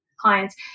clients